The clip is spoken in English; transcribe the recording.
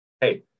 Hey